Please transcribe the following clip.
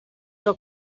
però